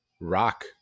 rock